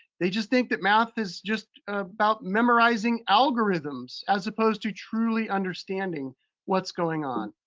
they just think that math is just about memorizing algorithms as opposed to truly understanding what's going on.